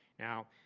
now,